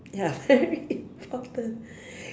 ya very important